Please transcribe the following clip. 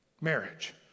Marriage